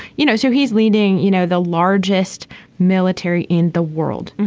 you know so he's leading you know the largest military in the world.